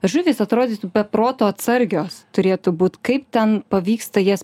žuvys atrodytų be proto atsargios turėtų būt kaip ten pavyksta jas